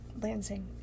Lansing